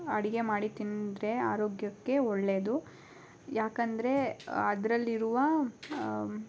ಅಡಿಗೆ ಮಾಡಿ ತಿಂದರೆ ಆರೋಗ್ಯಕ್ಕೆ ಒಳ್ಳೆಯದು ಯಾಕಂದರೆ ಅದರಲ್ಲಿರುವ